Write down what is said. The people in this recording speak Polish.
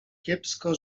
kiepsko